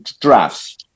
drafts